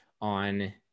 on